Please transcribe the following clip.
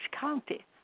County